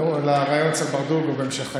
לריאיון אצל ברדוגו בהמשך היום.